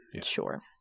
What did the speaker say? Sure